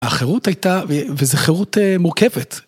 החירות הייתה וזו חירות מורכבת.